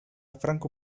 franco